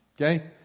Okay